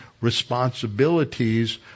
responsibilities